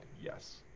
Yes